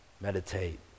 meditate